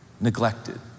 neglected